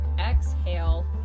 exhale